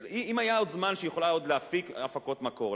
אם היה עוד זמן שהיא יכולה עוד להפיק הפקות מקור,